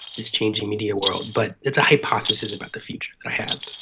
this changing media world. but it's a hypothesis about the future that i have.